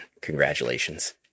Congratulations